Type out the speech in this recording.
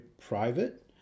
private